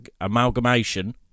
Amalgamation